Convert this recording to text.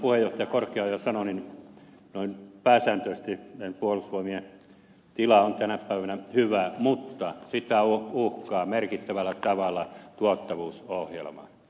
niin kuin valiokunnan puheenjohtaja korkeaoja sanoi noin pääsääntöisesti puolustusvoimien tila on tänä päivänä hyvä mutta sitä uhkaa merkittävällä tavalla tuottavuusohjelma